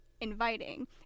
Inviting